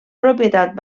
propietat